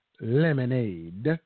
lemonade